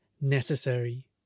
necessary